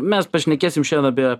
mes pašnekėsim šiandien apie